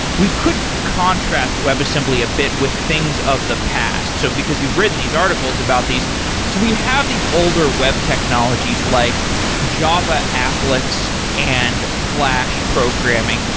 we could contrast webassembly a bit with things of the past, so because you've written these articles about these. so we have these older web technologies, like java applets and flash programming.